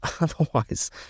otherwise